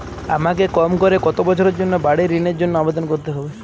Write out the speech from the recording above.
আমাকে কম করে কতো বছরের জন্য বাড়ীর ঋণের জন্য আবেদন করতে হবে?